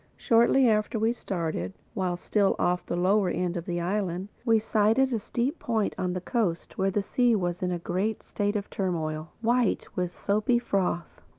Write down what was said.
shortly after we started, while still off the lower end of the island, we sighted a steep point on the coast where the sea was in a great state of turmoil, white with soapy froth.